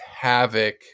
havoc